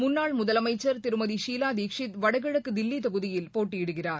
முன்னாள் முதலமைச்சர் திருமதி ஷீலா தீட்ஷித் வடகிழக்கு தில்லி தொகுதியில் போட்டியிடுகிறார்